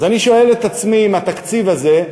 אז אני שואל את עצמי אם התקציב הזה,